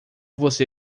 você